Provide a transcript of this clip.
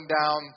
down